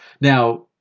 Now